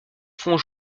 fond